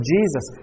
Jesus